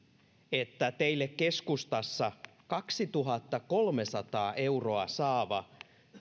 että teille keskustassa kaksituhattakolmesataa euroa saava